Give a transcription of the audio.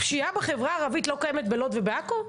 הפשיעה בחברה הערבית לא קיימת בלוד ובעכו?